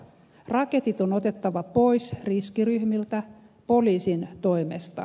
raketit on otettava pois riskiryhmiltä poliisin toimesta